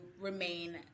remain